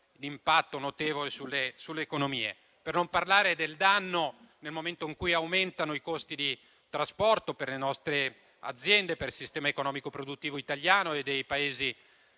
anche qui notevole sulle economie. Per non parlare del danno, nel momento in cui aumentano i costi di trasporto per le nostre aziende, per il sistema economico produttivo italiano e dei Paesi